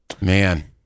man